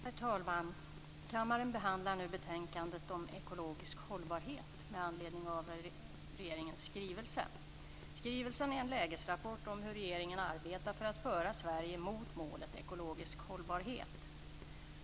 Herr talman! Kammaren behandlar nu betänkandet om ekologisk hållbarhet med anledning av regeringens skrivelse. Skrivelsen är en lägesrapport om hur regeringen arbetar för att föra Sverige mot målet ekologisk hållbarhet.